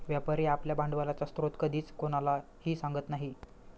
व्यापारी आपल्या भांडवलाचा स्रोत कधीच कोणालाही सांगत नाही